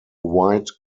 white